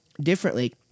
Differently